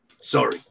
Sorry